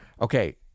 Okay